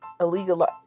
illegal